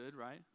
right